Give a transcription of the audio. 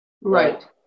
Right